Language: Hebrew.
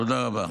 תודה רבה.